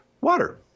water